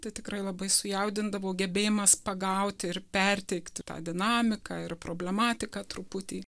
tai tikrai labai sujaudindavo gebėjimas pagauti ir perteikti tą dinamiką ir problematiką truputį